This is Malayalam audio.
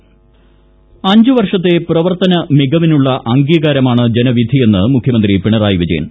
മുഖ്യമന്ത്രി ഇൻഡ്രോ അഞ്ചു വർഷത്തെ പ്രവർത്തന മികവിനുള്ള അംഗീകാരമാണ് ജനവിധിയെന്ന് മുഖ്യമന്ത്രി പിണറായി വിജയൻ